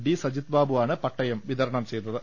D Sajith Babu ആണ് പട്ടയം വിതരണം ചെയ്തത്